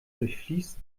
durchfließt